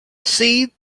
see